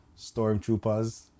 stormtroopers